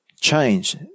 change